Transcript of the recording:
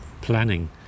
planning